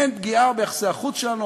אין פגיעה ביחסי החוץ שלנו.